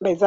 mezani.